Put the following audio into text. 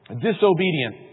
disobedient